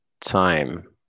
time